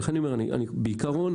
בעקרון,